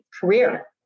career